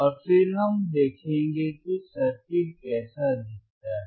और फिर हम देखेंगे कि सर्किट कैसा दिखता है